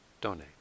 donate